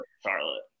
Charlotte